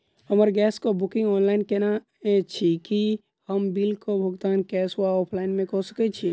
हम गैस कऽ booking online केने छी, की हम बिल कऽ भुगतान कैश वा ऑफलाइन मे कऽ सकय छी?